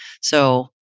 So-